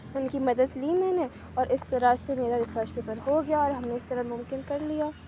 ان کی مدد لی میں نے اور اس طرح سے میرا ریسرچ پیپر ہو گیا اور ہم نے اس طرح ممکن کر لیا